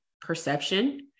perception